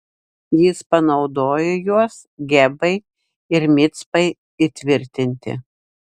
jis panaudojo juos gebai ir micpai įtvirtinti